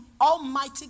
Almighty